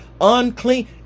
unclean